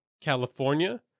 California